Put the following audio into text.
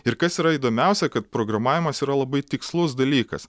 ir kas yra įdomiausia kad programavimas yra labai tikslus dalykas